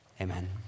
Amen